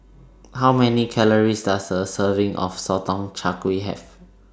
How Many Calories Does A Serving of Sotong Char Kway Have